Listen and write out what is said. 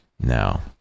now